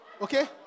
Okay